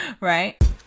right